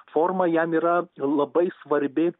forma jam yra labai svarbi